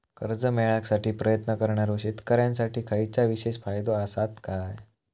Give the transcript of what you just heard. कर्जा मेळाकसाठी प्रयत्न करणारो शेतकऱ्यांसाठी खयच्या विशेष फायदो असात काय?